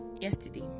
yesterday